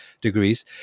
degrees